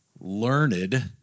learned